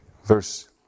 Verse